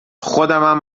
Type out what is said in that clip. خودمم